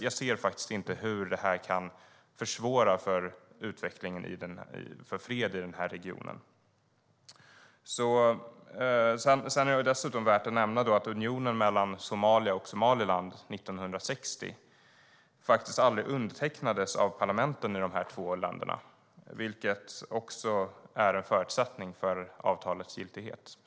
Jag ser faktiskt inte hur det här kan försvåra för utvecklingen av fred i den här regionen. Det är dessutom värt att nämna att unionen mellan Somalia och Somaliland 1960 faktiskt aldrig undertecknades av parlamenten i de två länderna, vilket var en förutsättning för avtalets giltighet.